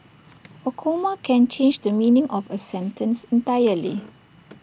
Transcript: A comma can change the meaning of A sentence entirely